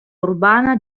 urbana